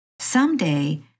Someday